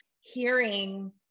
hearing